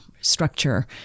structure